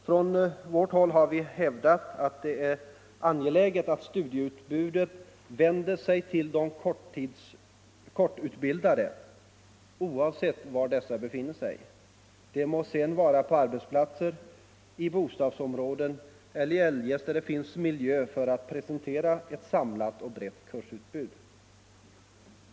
Från vårt håll har vi hävdat att det är angeläget att studieutbudet vänder sig till de korttidsutbildade, oavsett var dessa befinner sig — det må vara på arbetsplatser, i bostadsområden eller eljest där det finns miljö för att presentera ett samlat och brett kursutbud.